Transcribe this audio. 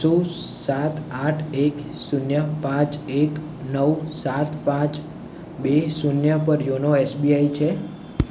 શું સાત આઠ એક શૂન્ય પાંચ એક નવ સાત પાંચ બે શૂન્ય પર યોનો એસબીઆઈ છે